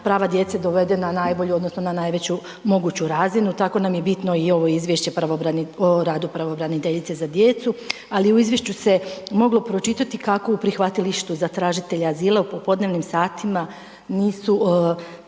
prava djece dovede na najbolju odnosno na najveću moguću razinu, tako nam je bitno i ovo izvješće o radu pravobraniteljice za djecu, ali u izvješću se moglo pročitati kako u prihvatilištu za tražitelje azila u popodnevnim satima nisu